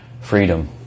freedom